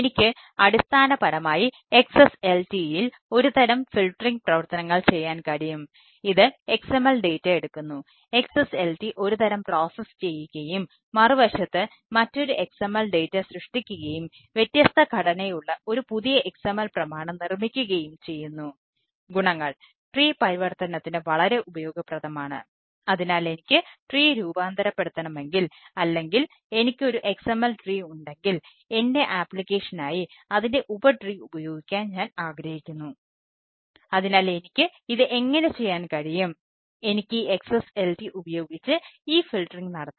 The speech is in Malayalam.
എനിക്ക് അടിസ്ഥാനപരമായി XSLT യിൽ ഒരു തരം ഫിൽട്ടറിംഗ് ചെയ്യാം